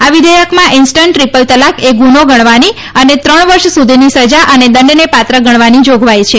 આ વિધેયકમાં instant triple તલાક એ ગુનો ગણવાની અને ત્રણ વર્ષ સુધીની સજા અને દંડને પાત્ર ગણવાની જાગવાઈ છે